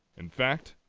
in fact,